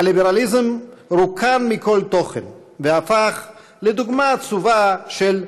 הליברליזם רוקן מכל תוכן והפך לדוגמה עצובה של "שיחדש",